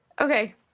Okay